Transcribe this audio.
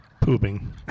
Pooping